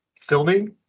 filming